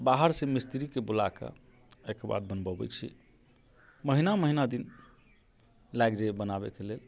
बाहरसँ मिस्तिरीके बुलाकऽ ताहिके बाद बनबै छी महिना महिना दिन लागि जाइए बनाबैके लेल